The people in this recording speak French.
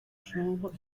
chambre